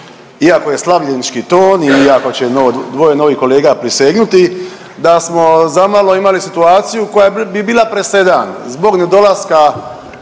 iako je slavljenički ton i ako će dvoje novih kolega prisegnuti da smo zamalo imali situaciju koja bi bila presedan zbog nedolaska